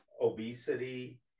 obesity